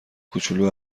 کوچولو